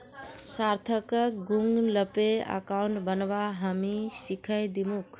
सार्थकक Google Pay account बनव्वा हामी सीखइ दीमकु